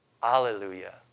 Hallelujah